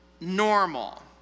normal